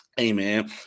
Amen